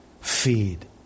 Feed